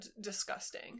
disgusting